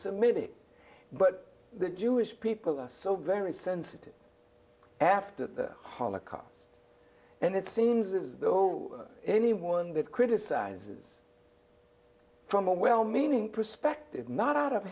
semitic but the jewish people are so very sensitive after the holocaust and it seems as though anyone that criticizes from a well meaning perspective not out of